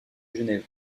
genève